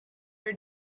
are